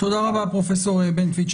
תודה רבה, פרופ' בנטואיץ.